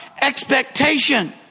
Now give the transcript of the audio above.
expectation